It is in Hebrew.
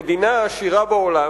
המדינה העשירה בעולם,